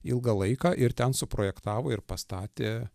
ilgą laiką ir ten suprojektavo ir pastatė